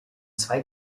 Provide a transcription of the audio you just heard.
zwei